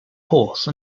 horse